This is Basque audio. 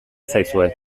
zaizue